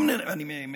אני מצטט: